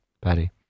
Patty